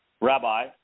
Rabbi